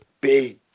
big